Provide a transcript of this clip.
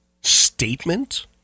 statement